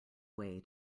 way